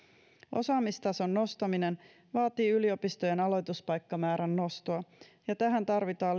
osaamistason nostaminen vaatii yliopistojen aloituspaikkamäärän nostoa ja tähän tarvitaan